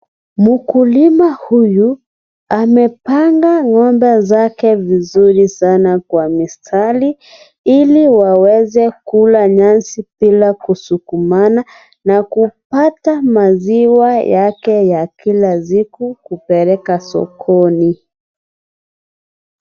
Mkulima huyu, amepanga ng'ombe zake vizuri sana kwa mistari, ili waweze kula nyasi bila kusukumana na kupata maziwa yake ya kila siku, kupeleka sokoni.